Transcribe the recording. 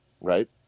right